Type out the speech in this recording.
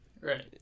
Right